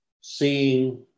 seeing